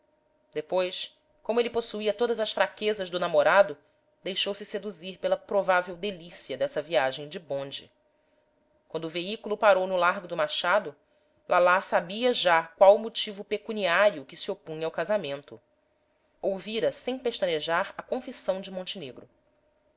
depois como ele possuía todas as fraquezas do namorado deixou-se seduzir pela provável delícia dessa viagem de bonde quando o veículo parou no largo do machado lalá sabia já qual o motivo pecuniário que se opunha ao casamento ouvira sem pestanejar a confissão de montenegro